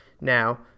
now